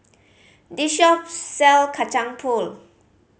this shop sell Kacang Pool